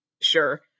sure